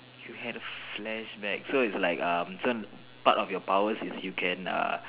you had a flashback so it's like um part of your powers is you can err